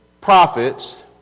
prophets